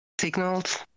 signals